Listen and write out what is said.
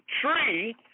tree